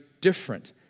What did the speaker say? different